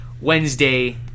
Wednesday